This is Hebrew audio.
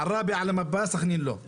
עראבה על המפה, סח'נין לא.